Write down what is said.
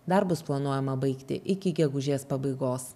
darbus planuojama baigti iki gegužės pabaigos